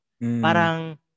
Parang